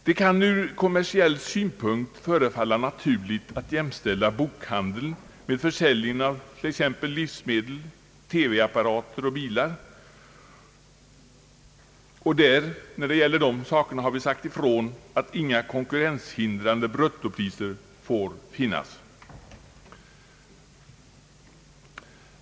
Det kan ur kommersiell synpunkt förefalla naturligt att jämställa bokhandeln med försäljningen av t.ex. livsmedel, TV-apparater och bilar. När det gäller sådana varor har vi sagt ifrån att inga konkurrenshindrande bruttopriser får finnas.